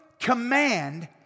command